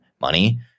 money